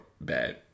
bad